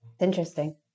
interesting